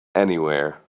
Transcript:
anywhere